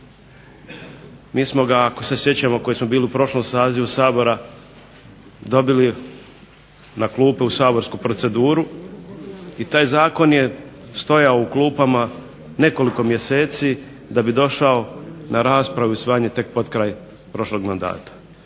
Mi smo ga ako se sjećamo koji smo bili u prošlom sazivu Sabora dobili na klupe u saborsku proceduru i taj zakon je stajao u klupama nekoliko mjeseci da bi došao na raspravu i usvajanje tek potkraj prošlog mandata.